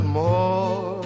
more